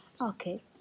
Okay